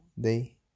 day